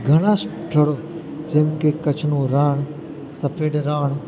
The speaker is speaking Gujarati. ઘણાં સ્થળો જેમ કે કચ્છનું રણ સફેદ રણ